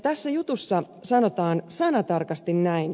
tässä jutussa sanotaan sanatarkasti näin